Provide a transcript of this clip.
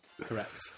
Correct